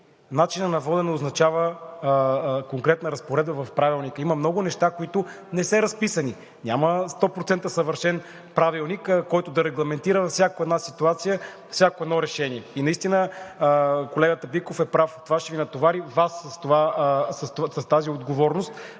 начинът на водене означава конкретна разпоредба в Правилника. Има много неща, които не са разписани. Няма сто процента съвършен правилник, който да регламентира във всяка една ситуация, всяко едно решение. И наистина колегата Биков е прав. Това ще Ви натовари Вас с тази отговорност